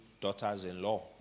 daughters-in-law